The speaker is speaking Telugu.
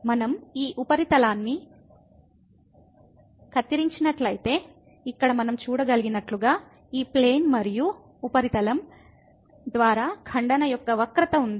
మనం ఈ ఉపరితలాన్ని కత్తిరించినట్లయితే ఇక్కడ మనం చూడగలిగినట్లుగా ఈ విమానం మరియు ఉపరితలం ద్వారా ఖండన యొక్క వక్రత ఉంది